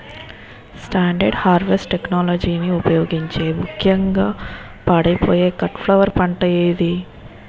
Standard harvest టెక్నాలజీని ఉపయోగించే ముక్యంగా పాడైపోయే కట్ ఫ్లవర్ పంట ఏది?